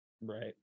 Right